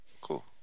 Cool